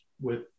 with-